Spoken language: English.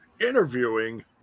interviewing